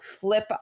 flip